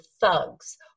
thugs